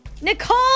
Nicole